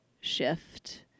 shift